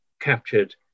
captured